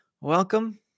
welcome